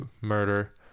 murder